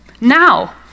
now